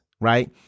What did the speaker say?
right